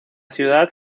ciudad